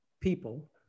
people